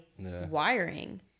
wiring